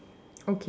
okay